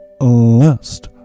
last